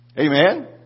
Amen